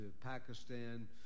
Pakistan